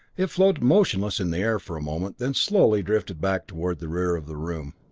it floated motionless in the air for a moment, then slowly drifted back toward the rear of the room.